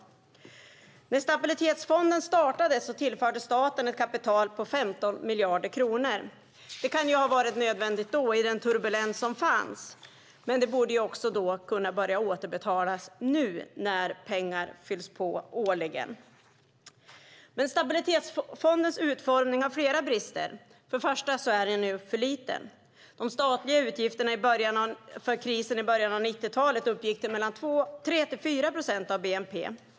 När Stabilitetsfonden startades tillförde staten ett kapital på 15 miljarder kronor. Det kan ha varit nödvändigt i den turbulens som då fanns men borde nu kunna börja återbetalas när pengar årligen fylls på. Stabilitetsfondens utformning har flera brister. För det första är den för liten. De statliga utgifterna för krisen i början av 90 talet uppgick till mellan 3 och 4 procent av bnp.